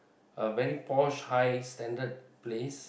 a very posh high standard place